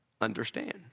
understand